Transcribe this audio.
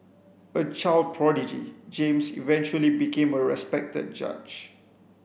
a child prodigy James eventually became a respected judge